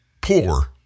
poor